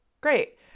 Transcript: Great